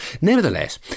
Nevertheless